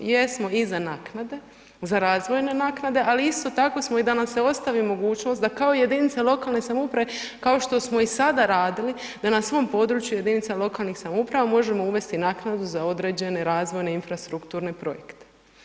Jesmo i za naknade, za razvojne naknade, ali isto tako smo i da nam se ostavi mogućnost, da kao jedinice lokalne samouprave, kao što smo i sada radili, da na svom području jedinica lokalnih samouprava možemo uvesti naknadu za određene razvojne infrastrukturne projekte.